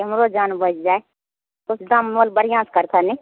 हमरो जान बैचि जाइ किछु दाम मोल बढ़िआँ सँ करब कनि